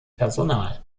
personal